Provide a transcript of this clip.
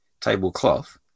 tablecloth